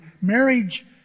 marriage